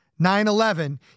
9-11